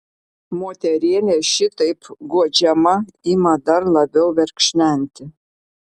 moterėlė šitaip guodžiama ima dar labiau verkšlenti